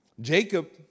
Jacob